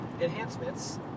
enhancements